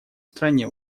стране